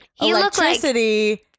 electricity